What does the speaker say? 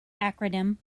acronym